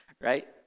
Right